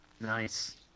Nice